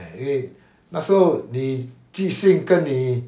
eh 因为那时候你寄信跟你